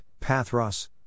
Pathros